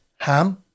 Ham